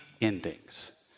endings